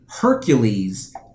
Hercules